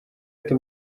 ati